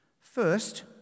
First